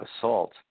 assault